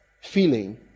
feeling